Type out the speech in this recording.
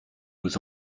aux